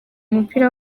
umupira